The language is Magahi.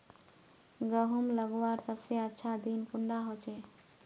गहुम लगवार सबसे अच्छा दिन कुंडा होचे?